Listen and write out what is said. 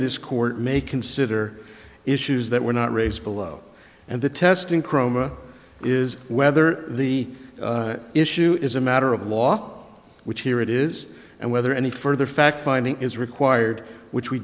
this court may consider issues that were not raised below and the testing chroma is whether the issue is a matter of law which here it is and whether any further fact finding is required which we